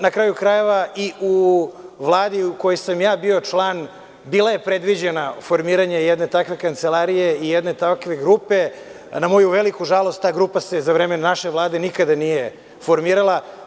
Na kraju krajeva i u vladi u kojoj sam bio član bilo je predviđeno formiranje jedne takve kancelarije i jedne takve grupe, a na moju veliku žalost ta grupa se za vreme naše vlade nikada nije formirala.